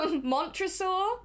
Montresor